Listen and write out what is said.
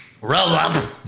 roll-up